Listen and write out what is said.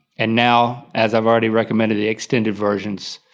and now, as i've already recommended the extended versions.